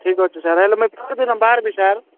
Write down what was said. ଠିକ୍ ଅଛି ସାର୍ ହେଲେ ମୁଇ କେତେ ଦିନ ବାହାରିବି ସାର୍